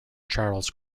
charles